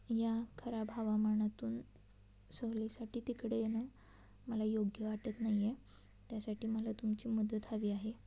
या खराब हवामानातून सहलीसाठी तिकडे येणं मला योग्य वाटत नाही आहे त्यासाठी मला तुमची मदत हवी आहे